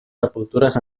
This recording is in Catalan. sepultures